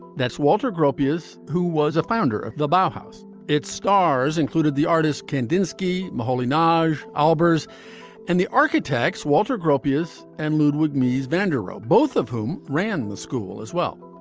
that's walter gropius, who was a founder of the bathhouse. it stars included the artist kandinsky, mohali, nage albers and the architect walter gropius and ludwig meets van der rohe, both of whom ran the school as well.